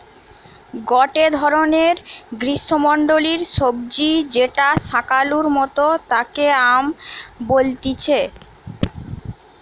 গটে ধরণের গ্রীষ্মমন্ডলীয় সবজি যেটা শাকালুর মতো তাকে য়াম বলতিছে